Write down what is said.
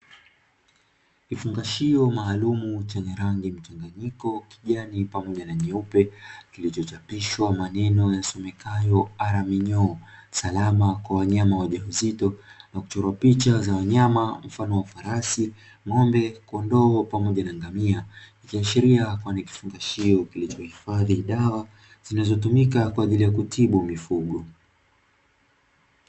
Kifungashio maalumu chenye rangi mchanganyiko kijani, pamoja na nyeupe kilichochapishwa maneno yasomekayo ara minyoo salama kwa wanyama wajawazito na kuchorwa picha za wanyama mfano wa farasi, ng'ombe, kondoo, pamoja na ngamia, ikiashiria kuwa ni kifungashio kilichohifadhi dawa zinazotumika kwa ajili ya kutibu mifugo.